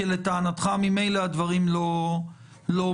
כי ממילא הדברים לא מנוצלים.